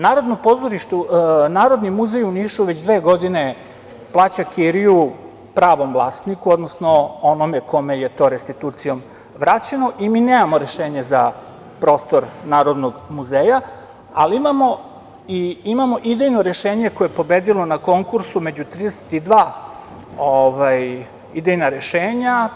Narodni muzej u Nišu već dve godine plaća kiriju pravom vlasniku, odnosno onome kome je to restitucijom vraćeno i mi nemamo rešenje za prostor Narodnog muzeja, ali imamo idejno rešenje koje je pobedilo na konkursu među 32 idejna rešenja.